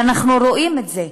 ואנחנו רואים את זה.